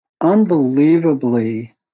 unbelievably